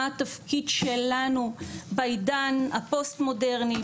מה התפקיד שלנו בעידן הפוסט מודרני,